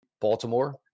Baltimore